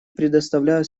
предоставляю